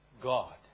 God